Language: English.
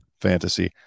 fantasy